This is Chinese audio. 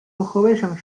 河北省